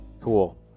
Cool